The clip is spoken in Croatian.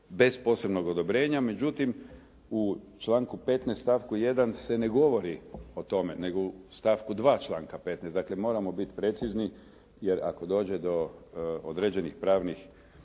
bez posebnog odobrenja. Međutim, u članku 15. stavku 1. se ne govori o tome nego u stavku 2. članka 15. Moramo biti precizni jer ako dođe do određenih pravnih